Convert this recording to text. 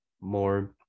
more